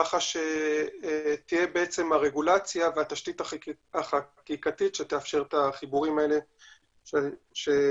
ככה שתהיה הרגולציה והתשתית החקיקתית שתאפשר את החיבורים האלה שציינת.